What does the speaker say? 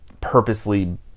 purposely